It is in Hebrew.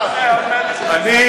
תנו לשר לסיים.